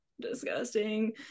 disgusting